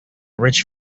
rich